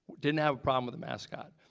didn't have a problem with the mascot.